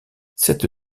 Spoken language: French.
cette